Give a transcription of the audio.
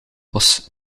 was